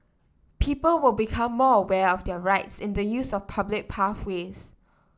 people will become more aware of their rights in the use of public pathways